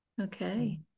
okay